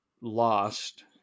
lost